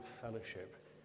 fellowship